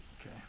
Okay